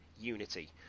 unity